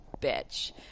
bitch